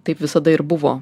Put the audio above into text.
taip visada ir buvo